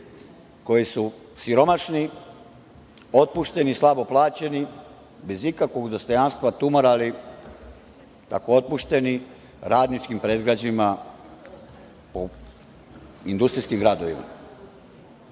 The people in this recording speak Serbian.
koji su siromašni, otpušteni, slabo plaćeni, bez ikakvog dostojanstva tumarali tako otpušteni radničkim predgrađima po industrijskim gradovima.Za